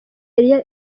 yari